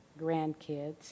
grandkids